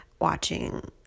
watching